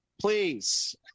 please